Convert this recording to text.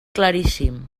claríssim